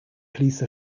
police